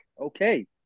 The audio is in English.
Okay